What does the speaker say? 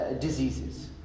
diseases